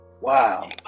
Wow